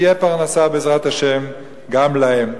תהיה פרנסה, בעזרת השם, גם להם.